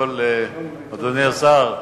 אדוני השר,